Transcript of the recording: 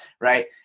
Right